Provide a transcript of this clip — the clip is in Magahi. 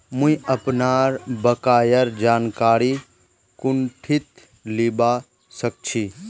मुई अपनार बकायार जानकारी कुंठित लिबा सखछी